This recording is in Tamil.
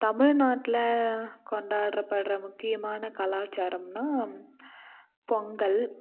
தமிழ்நாட்டில் கொண்டாடறப்படுற முக்கியமான கலாச்சாரம்னால் பொங்கல்